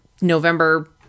November